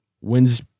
wins